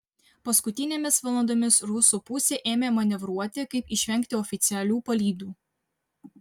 paskutinėmis valandomis rusų pusė ėmė manevruoti kaip išvengti oficialių palydų